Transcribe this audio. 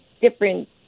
different